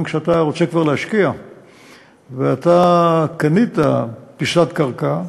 גם כשאתה רוצה כבר להשקיע וקנית פיסת קרקע,